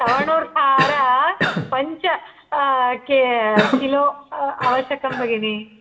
तवणोर पञ्च के किलो आवश्यकं भगिनि